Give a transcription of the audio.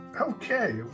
Okay